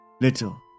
Little